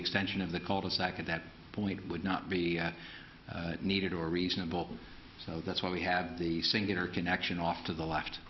extension of the cul de sac at that point would not be needed or reasonable so that's why we had the singular connection off to the left